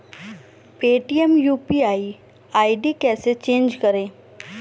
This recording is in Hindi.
पेटीएम यू.पी.आई आई.डी कैसे चेंज करें?